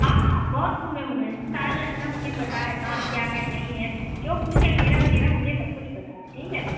हाँ बहुत घूमे हुए हैं सारा नालंदा मुझे पता है कहाँ क्या है नहीं है जो कुछ है वगैरह वगैरह मुझे सब कुछ पता है ठीक है